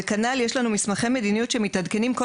כנ"ל יש לנו מסמכי מדיניות שמתעדכנים כל